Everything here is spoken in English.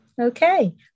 Okay